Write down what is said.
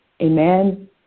amen